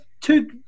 two